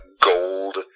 gold